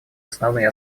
основные